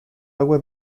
agua